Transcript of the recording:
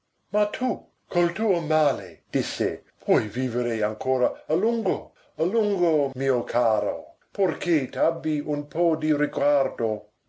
ma tu col tuo male disse puoi vivere ancora a lungo a lungo mio caro purché t'abbi un po di riguardo